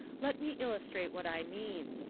let me illustrate what i mean.